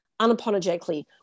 unapologetically